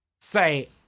say